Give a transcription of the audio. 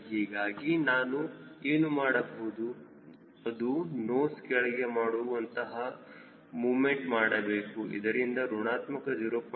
ಹೀಗಾಗಿ ನಾನು ಏನು ಮಾಡಬಹುದು ಅದು ನೋಸ್ ಕೆಳಗೆ ಮಾಡುವಂತಹ ಮೂಮೆಂಟ್ ಮಾಡಬೇಕು ಇದರಿಂದ ಋಣಾತ್ಮಕ 0